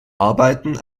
arbeiten